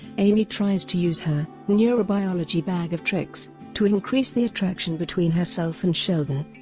amy tries to use her neurobiology bag of tricks to increase the attraction between herself and sheldon.